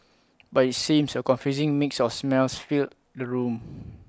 but IT seems A confusing mix of smells filled the room